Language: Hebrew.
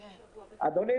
אדוני,